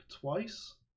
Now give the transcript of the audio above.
twice